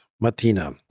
Martina